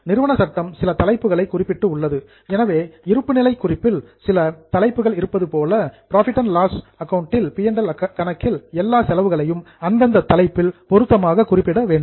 நிறுவன சட்டம் சில தலைப்புகளை குறிப்பிட்டு உள்ளது எனவே பேலன்ஸ் ஷீட் இருப்புநிலை குறிப்பில் சில தலைப்புகள் இருப்பதுபோல பி அண்ட் எல் கணக்கில் எல்லா செலவுகளையும் அந்தந்த தலைப்பில் பொருத்தமாக குறிப்பிட வேண்டும்